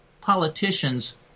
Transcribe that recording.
politicians